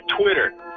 Twitter